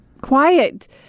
quiet